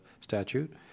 statute